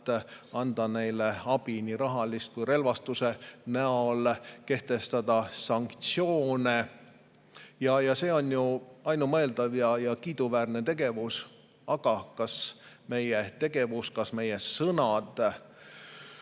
anda neile abi, nii rahalist kui ka relvastuse näol, ning kehtestada sanktsioone. See on ju ainumõeldav ja kiiduväärne tegevus, aga kas meie tegevus ja meie sõnad